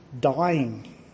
dying